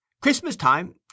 Christmas-time